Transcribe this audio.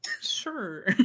Sure